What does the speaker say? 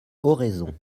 oraison